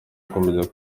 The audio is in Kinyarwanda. gukomeza